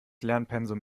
lernpensum